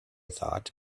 thought